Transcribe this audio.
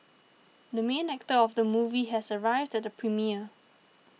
the main actor of the movie has arrived at the premiere